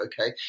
okay